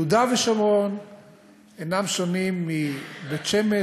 יהודה ושומרון אינם שונים מבית-שמש,